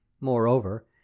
moreover